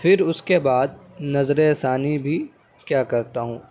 پھر اس کے بعد نظرثانی بھی کیا کرتا ہوں